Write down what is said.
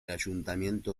ayuntamiento